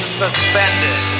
suspended